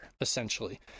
essentially